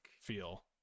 feel